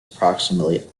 approximately